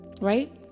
right